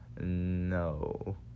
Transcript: no